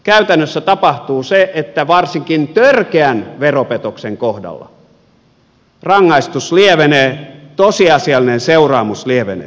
käytännössä tapahtuu se että varsinkin törkeän veropetoksen kohdalla rangaistus lievenee tosiasiallinen seuraamus lievenee